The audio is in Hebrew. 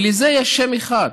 ולזה יש שם אחד.